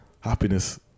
Happiness